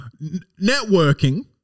Networking